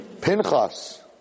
Pinchas